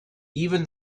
even